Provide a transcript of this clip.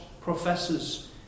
professors